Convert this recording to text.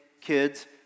kids